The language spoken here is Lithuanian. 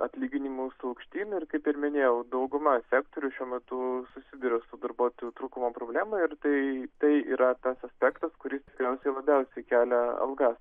atlyginimus aukštyn ir kaip ir minėjau dauguma sektorių šiuo metu susiduria su darbuotojų trūkumo problema ir tai tai yra tas aspektas kuris tikriausiai labiausiai kelia algas